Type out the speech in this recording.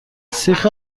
سیخ